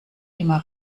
immer